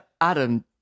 Adam